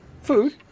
Food